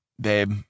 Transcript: babe